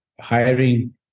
hiring